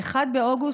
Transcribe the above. ב-1 באוגוסט,